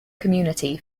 community